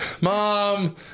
mom